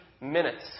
minutes